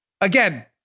Again